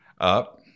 up